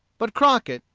but crockett,